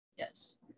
Yes